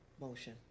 motion